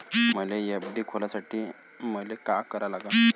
मले एफ.डी खोलासाठी मले का करा लागन?